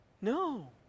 No